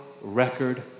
record